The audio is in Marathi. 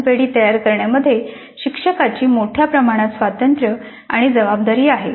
साधन पेढी तयार करण्यामध्ये शिक्षकाची मोठ्या प्रमाणात स्वातंत्र्य आणि जबाबदारी आहे